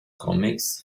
comics